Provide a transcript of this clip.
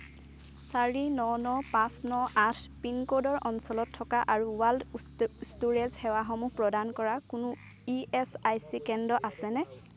চাৰি ন ন পাঁচ ন আঠ পিন ক'ডৰ অঞ্চলত থকা আৰু ব্লাড ষ্টোৰেজ সেৱাসমূহ প্ৰদান কৰা কোনো ইএচআইচি কেন্দ্ৰ আছেনে